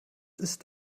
ist